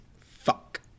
Fuck